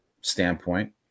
standpoint